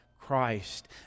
Christ